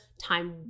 time